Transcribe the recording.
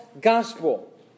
gospel